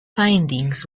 findings